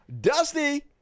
Dusty